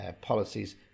policies